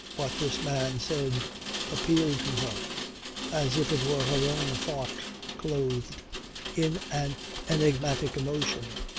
what this man said appealed to her as if it were her own thought clothed in an enigmatic emotion.